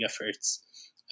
efforts